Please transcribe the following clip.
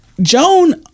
Joan